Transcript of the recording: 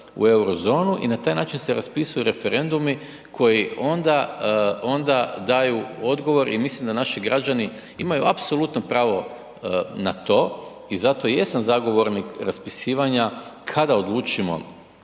u Eurozonu i na taj način se raspisuju referendumi koji onda daju odgovor. I mislim da naši građani imaju apsolutno pravo na to. I zato jesam zagovornik raspisivanja kada odlučimo